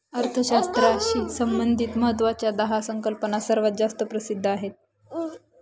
अर्थशास्त्राशी संबंधित महत्वाच्या दहा संकल्पना सर्वात जास्त प्रसिद्ध आहेत